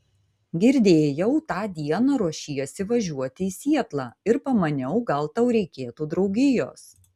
girdėjau tą dieną ruošiesi važiuoti į sietlą ir pamaniau gal tau reikėtų draugijos